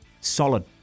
Solid